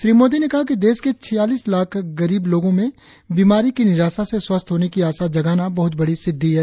श्री मोदी ने कहा कि देश के छियालीस लाख गरीब लोगों में बीमारी की निराशा से स्वस्थ होने की आशा जगाना बहुत बड़ी सिद्धि है